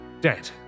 dead